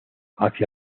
hacia